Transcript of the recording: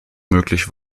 möglich